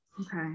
Okay